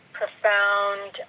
profound